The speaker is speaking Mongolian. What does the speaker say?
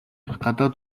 гадаад